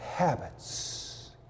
habits